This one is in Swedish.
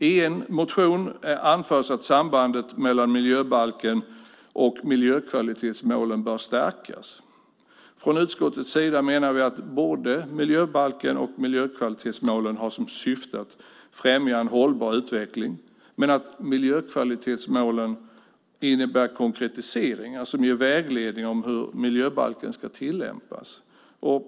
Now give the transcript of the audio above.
I en motion anförs att sambandet mellan miljöbalken och miljökvalitetsmålen bör stärkas. Från utskottets sida menar vi att både miljöbalken och miljökvalitetsmålen har som syfte att främja en hållbar utveckling men att miljökvalitetsmålen innebär konkretiseringar som ger vägledning om hur miljöbalken ska tillämpas.